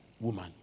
woman